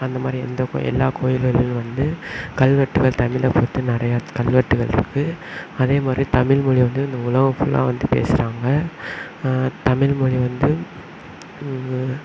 அந்த மாதிரி எந்த கோயில் எல்லா கோயில்களிலும் வந்து கல்வெட்டுகள் தமிழை பற்றி நிறையா கல்வெட்டுகள்ருக்கு அதேமாதிரி தமிழ்மொழி வந்து இந்த உலகம் ஃபுல்லாக வந்து பேசுகிறாங்க தமிழ்மொழி வந்து